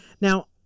Now